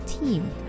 team